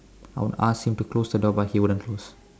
I would ask him to close the door but he wouldn't close